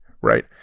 Right